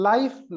Life